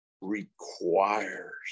requires